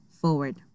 forward